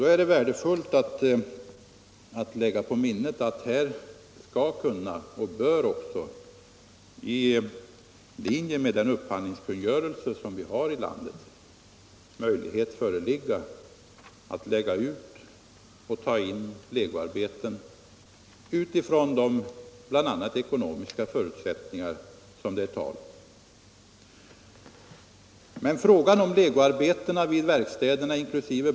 Då är det värdefullt att lägga på minnet att här bör, i linje med den upphandlingskungörelse vi har i landet, möjlighet föreligga att lägga ut och ta in legoarbeten utifrån bl.a. de ekonomiska förutsättningar som det är tal om. Frågan om legoarbetena vid verkstäderna, inkl.